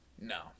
No